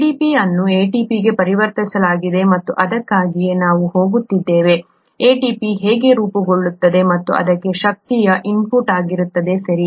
ADP ಅನ್ನು ATP ಗೆ ಪರಿವರ್ತಿಸಲಾಗುತ್ತದೆ ಮತ್ತು ಅದಕ್ಕಾಗಿಯೇ ನಾವು ಹೋಗುತ್ತಿದ್ದೇವೆ ATP ಹೇಗೆ ರೂಪುಗೊಳ್ಳುತ್ತದೆ ಮತ್ತು ಅದಕ್ಕೆ ಶಕ್ತಿಯ ಇನ್ಪುಟ್ ಅಗತ್ಯವಿರುತ್ತದೆ ಸರಿ